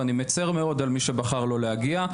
ואני מצר מאוד על מי שבחר לא להגיע.